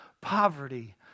poverty